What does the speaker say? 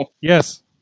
Yes